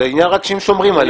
זה שונה.